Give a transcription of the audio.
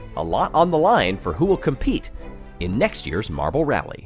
a lot on the line for who will compete in next year's marble rally.